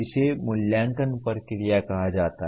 इसे मूल्यांकन प्रक्रिया कहा जाता है